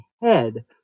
head